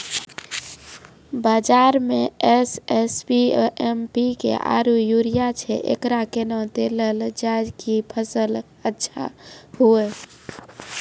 बाजार मे SSP, MPK आरु यूरिया छैय, एकरा कैना देलल जाय कि फसल अच्छा हुये?